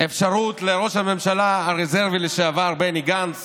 אפשרות לראש הממשלה הרזרבי לשעבר בני גנץ